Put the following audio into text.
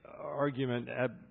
argument